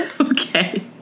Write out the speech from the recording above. Okay